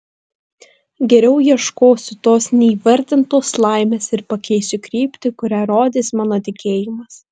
geriau ieškosiu tos neįvardintos laimės ir pakeisiu kryptį kurią rodys mano tikėjimas